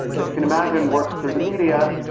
as you can imagine, works through the media.